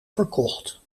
verkocht